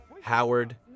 Howard